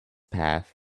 path